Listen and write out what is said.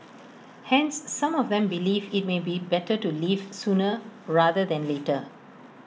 hence some of them believe IT may be better to leave sooner rather than later